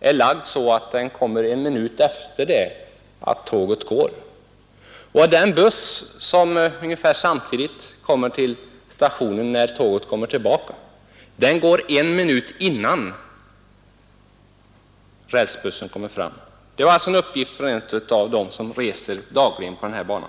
är lagd så att den kommer en minut efter det att tåget har gått. Den buss som ungefär samtidigt kommer till stationen när tåget kommer tillbaka går en minut innan rälsbussen har kommit fram. Detta var alltså en uppgift från en av dem, som dagligen reser på denna bana.